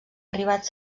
arribat